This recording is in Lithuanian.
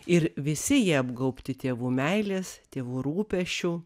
ir visi jie apgaubti tėvų meilės tėvų rūpesčių